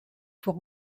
pour